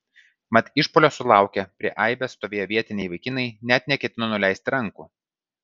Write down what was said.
mat išpuolio sulaukę prie aibės stovėję vietiniai vaikinai net neketino nuleisti rankų